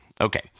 Okay